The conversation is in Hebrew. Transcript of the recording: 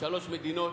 שלוש מדינות,